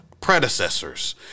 predecessors